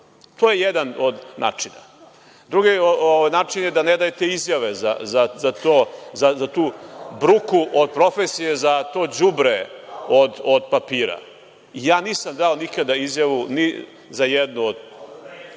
To je jedan od načina. Drugi način je da ne dajete izjave za tu bruku od profesije, za to đubre od papira. Nisam nikada dao izjavu ni za jednu od tih